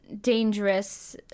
dangerous